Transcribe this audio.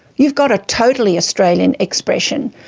you've got a totally australian expression,